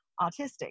autistic